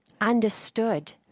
Understood